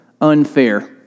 unfair